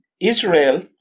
Israel